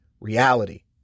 reality